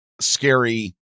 scary